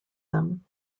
them